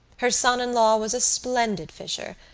her son-in-law was a splendid fisher.